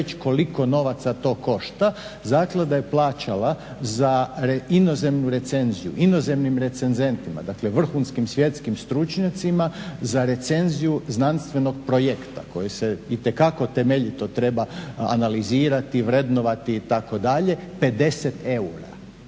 koliko novaca to košta. Zaklada je plaćala za inozemnu recenziju, inozemnim recenzentima, dakle vrhunskim svjetskim stručnjacima za recenziju znanstvenog projekta koji se itekako temeljito treba analizirati, vrednovati itd., 50 eura.